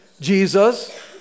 Jesus